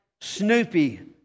Snoopy